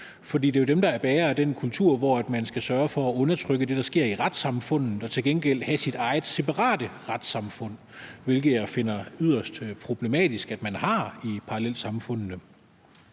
For det er jo dem, der er bærere af den kultur, hvor man skal sørge for at undertrykke det, der sker i retssamfundet, og til gengæld have sit eget separate retssamfund, hvilket jeg finder yderst problematisk at man har i parallelsamfundene.